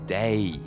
day